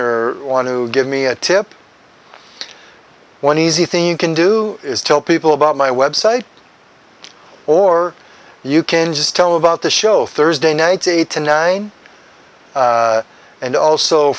or want to give me a tip one easy thing you can do is tell people about my website or you can just tell about the show thursday nights eight to nine and also